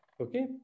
okay